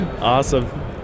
Awesome